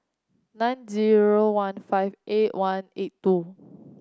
nine zero one five eight one eight two